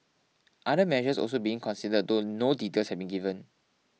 other measures are also being considered though no details have been given